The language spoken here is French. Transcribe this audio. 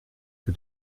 que